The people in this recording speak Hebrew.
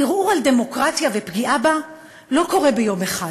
ערעור על דמוקרטיה ופגיעה בה לא קורים ביום אחד.